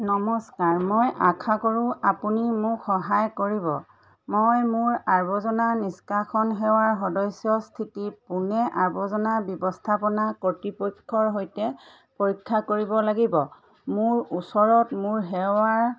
নমস্কাৰ মই আশা কৰো আপুনি মোক সহায় কৰিব মই মোৰ আৱৰ্জনা নিষ্কাশন সেৱাৰ সদস্য স্থিতি পুনে আৱৰ্জনা ব্যৱস্থাপনা কৰ্তৃপক্ষৰ সৈতে পৰীক্ষা কৰিব লাগিব মোৰ ওচৰত মোৰ সেৱাৰ